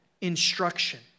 instruction